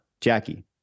Jackie